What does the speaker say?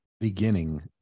beginning